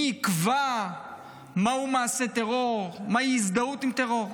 מי יקבע מהו מעשה טרור, מהי הזדהות עם טרור,